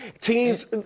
Teams